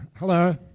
Hello